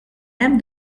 hemm